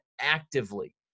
actively